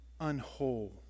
unwhole